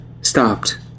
stopped